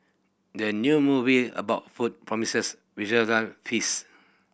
the new movie about food promises visual feast